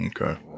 Okay